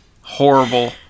horrible